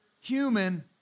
human